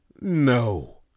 No